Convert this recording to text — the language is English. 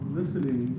listening